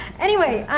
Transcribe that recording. anyway,